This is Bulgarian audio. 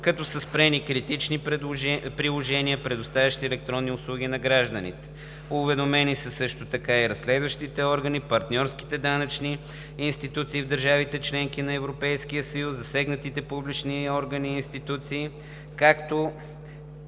като са спрени критични приложения, предоставящи електронни услуги на гражданите. Уведомени са също така и разследващите органи, партньорските данъчни институции в държавите – членки на Европейския съюз, засегнатите публични органи и институции, както